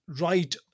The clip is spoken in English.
right